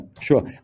sure